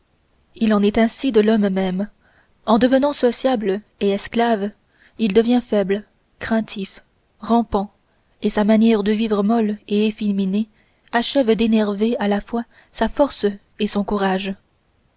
il en est ainsi de l'homme même en devenant sociable et esclave il devient faible craintif rampant et sa manière de vivre molle et efféminée achève d'énerver à la fois sa force et son courage